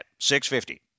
650